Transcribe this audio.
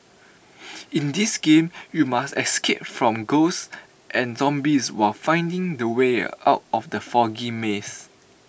in this game you must escape from ghosts and zombies while finding the way out of the foggy maze